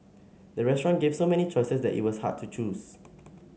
the restaurant gave so many choices that it was hard to choose